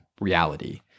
reality